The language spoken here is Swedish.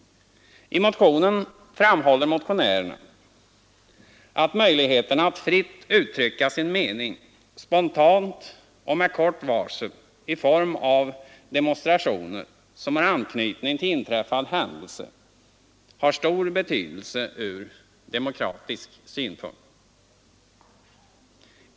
I motionen framhålls att möjligheterna att fritt uttrycka sin mening spontant och med kort varsel i form av demonstrationer som har anknytning till inträffad händelse har stor betydelse ur demokratisk synpunkt.